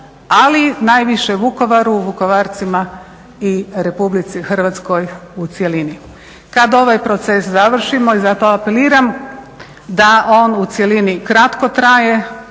ali najviše Vukovaru, Vukovarcima i Republici Hrvatskoj u cjelini. Kad ovaj proces završimo i zato apeliram da on u cjelini kratko traje,